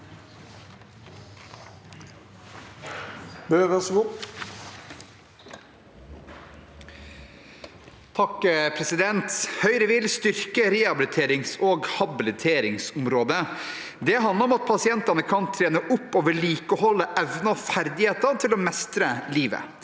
«Høyre vil styr- ke rehabiliterings- og habiliteringsområdet. Det handler om at pasientene kan trene opp og vedlikeholde ferdigheter til å mestre livet.